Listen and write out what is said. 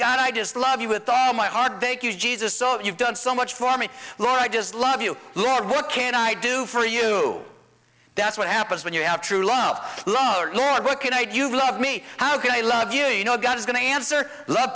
god i just love you with all my heart thank you jesus so you've done so much for me laura i just love you lord what can i do for you that's what happens when you have true love love the lord what can i do you love me how can i love you you know god is going to answer love